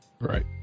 right